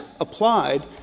applied